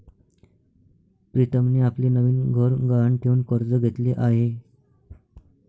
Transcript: प्रीतमने आपले नवीन घर गहाण ठेवून कर्ज घेतले आहे